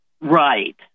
Right